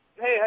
Hey